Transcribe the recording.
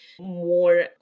more